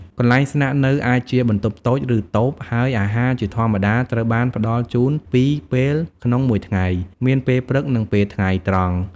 កន្លែងស្នាក់នៅអាចជាបន្ទប់តូច ឬតូប ហើយអាហារជាធម្មតាត្រូវបានផ្តល់ជូនពីរពេលក្នុងមួយថ្ងៃ មានពេលព្រឹកនិងពេលថ្ងៃត្រង់។